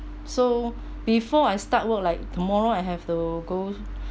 so before I start work like tomorrow I have to go